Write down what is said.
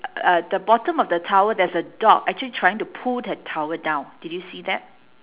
uh the bottom of the towel there's a dog actually trying to pull that towel down did you see that